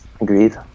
Agreed